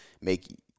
Make